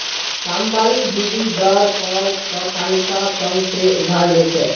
कामवाली दीदी दर पर सहकारिता संघ से उधार ले छे